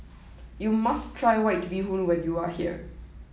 you must try White Bee Hoon when you are here